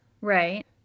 Right